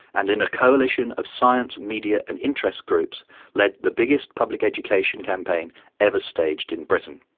and in a coalition of science, media and interest groups led the biggest public education campaign ever staged in britain.